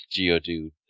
geodude